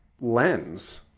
lens